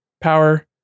power